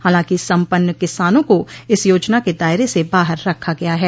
हालांकि संपन्न किसानों को इस योजना के दायरे से बाहर रखा गया है